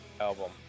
album